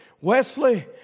Wesley